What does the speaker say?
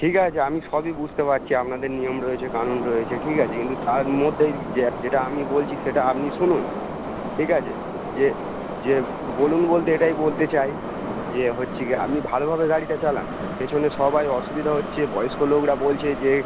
ঠিক আছে আমি সবই বুঝতে পারছি আপনাদের নিয়ম রয়েছে কানুন রয়েছে ঠিক আছে কিন্তু তার মধ্যেই যে যেটা আমি বলছি সেটা আপনি শুনুন ঠিক আছে যে যে বলুন বলতে এটাই বলতে চাই যে হচ্ছে কী আপনি ভালোভাবে গাড়িটা চালান পেছনে সবাই অসুবিধা হচ্ছে বয়স্ক লোকরা বলছে যে